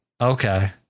Okay